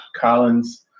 Collins